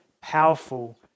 powerful